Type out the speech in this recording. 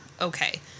okay